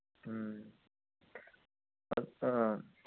ꯎꯝ ꯑ